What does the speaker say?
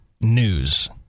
news